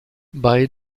bei